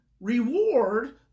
reward